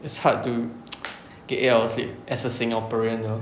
it's hard to get eight hours sleep as a singaporean ah